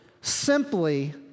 simply